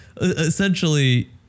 essentially